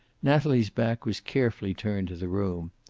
natalie's back was carefully turned to the room,